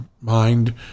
mind